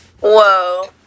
Whoa